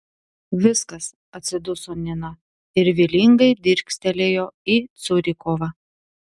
viskas atsiduso nina ir vylingai dirstelėjo į curikovą